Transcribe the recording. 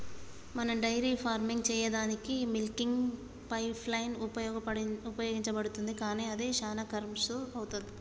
మనం dairy farming సెయ్యదానికీ milking pipeline ఉపయోగించబడుతుంది కానీ అది శానా కర్శు అవుతది